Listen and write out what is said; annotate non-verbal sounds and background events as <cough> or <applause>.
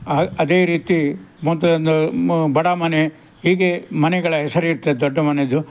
ಅದೇ ರೀತಿ <unintelligible> ಬಡಾ ಮನೆ ಹೀಗೆ ಮನೆಗಳ ಹೆಸರಿರ್ತದೆ ದೊಡ್ಡ ಮನೇದು